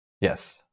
Yes